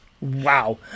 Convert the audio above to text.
Wow